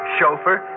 Chauffeur